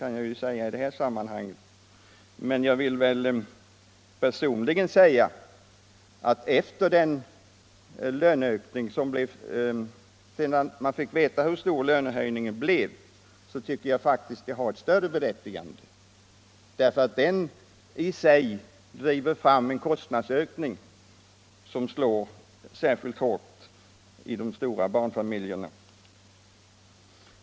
Men sedan man fick veta hur stor löneökningen blev, tycker jag faktiskt att den tidigarelagda höjningen av barnbidraget har ett större berättigande, därför att löneökningarna i sig driver fram en kostnadsökning som slår särskilt hårt i de stora barnfamiljerna.